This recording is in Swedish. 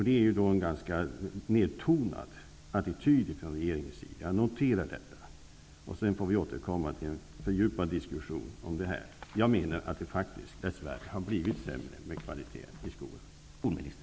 Det är en ganska nedtonad attityd från regeringens sida. Jag noterar detta. Sedan får vi återkomma till en fördjupad diskussion om detta. Jag menar faktiskt att kvaliteten i skolan dess värre har blivit sämre.